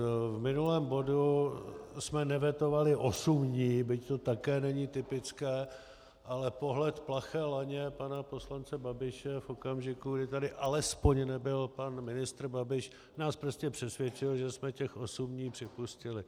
V minulém bodu jsme nevetovali 8 dní, byť to také není typické, ale pohled plaché laně pana poslance Babiše v okamžiku, kdy tady alespoň nebyl pan ministr Babiš, nás prostě přesvědčil, že jsme těch osm dní připustili.